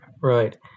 right